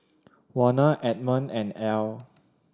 Warner Edmond and Ell